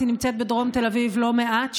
היא נמצאת בדרום תל אביב לא מעט,